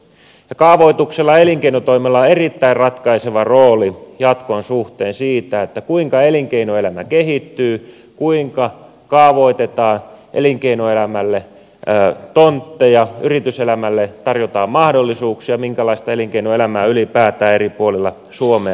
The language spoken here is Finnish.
ja kaavoituksella ja elinkeinotoiminnalla on erittäin ratkaiseva rooli jatkon suhteen siinä kuinka elinkeinoelämä kehittyy kuinka kaavoitetaan elinkeinoelämälle tontteja tarjotaan yrityselämälle mahdollisuuksia minkälaista elinkeinoelämää ylipäätään eri puolilla suomea harjoitetaan